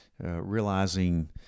Realizing